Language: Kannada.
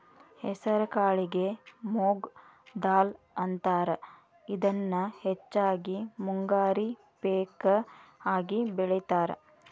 ಹೆಸರಕಾಳಿಗೆ ಮೊಂಗ್ ದಾಲ್ ಅಂತಾರ, ಇದನ್ನ ಹೆಚ್ಚಾಗಿ ಮುಂಗಾರಿ ಪೇಕ ಆಗಿ ಬೆಳೇತಾರ